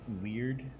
weird